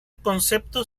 concepto